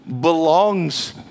belongs